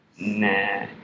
Nah